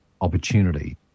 opportunity